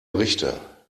richter